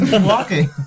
walking